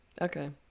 Okay